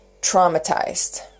traumatized